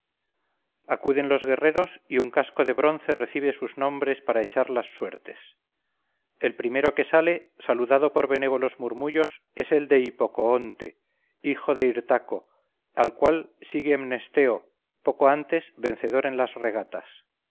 acuden los guerreros y un casco de bronce recibe sus nombres para echar las suertes el primero que sale saludado por benévolos murmullos es el de hipocoonte hijo de hirtaco al cual sigue mnesteo poco antes vencedor en las regatas